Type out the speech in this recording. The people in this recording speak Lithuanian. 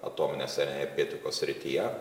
atominės energetikos srityje